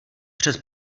před